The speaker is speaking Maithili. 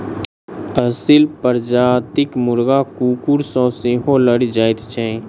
असील प्रजातिक मुर्गा कुकुर सॅ सेहो लड़ि जाइत छै